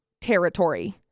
territory